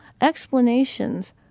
Explanations